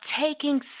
taking